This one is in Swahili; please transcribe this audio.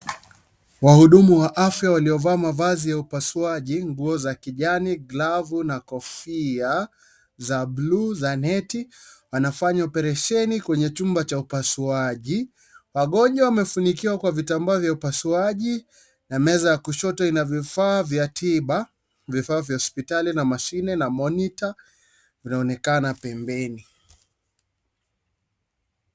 Wahudumu wa afya waliovaa mavazi ya upasuaji, nguo za kijani, glavu na kofia za buluu za neti; wanafanya operesheni kwa chumba cha upasuaji. Wagonjwa wamefunikiwa kwa vitambaa vya upasuaji na meza ya kushoto ina vifaa vya tiba, vifaa vya hospitali, mashine na monitor vinaonekana pembeni.